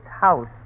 house